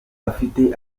afite